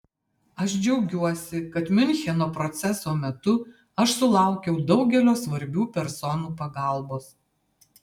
aš džiaugiuosi kad miuncheno proceso metu aš sulaukiau daugelio svarbių personų pagalbos